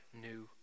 new